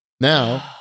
Now